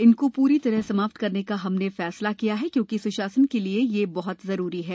इनको पूरी तरह समाप्त करने का हमने फैसला लिया है क्योंकि स्शासन के लिए ये जरूरी है